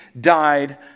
died